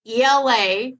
ELA